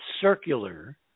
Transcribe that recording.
circular